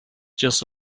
just